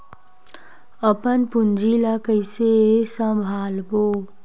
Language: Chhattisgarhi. अपन पूंजी ला कइसे संभालबोन?